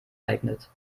geeignet